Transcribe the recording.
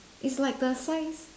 it's like the size